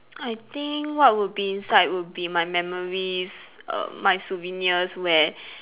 I think what would be inside would be my memories err my souvenirs where